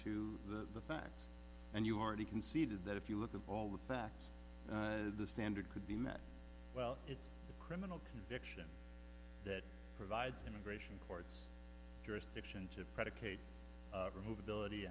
to the facts and you already conceded that if you look at all the facts the standard could be met well it's a criminal conviction that provides immigration courts jurisdiction to predicate remove ability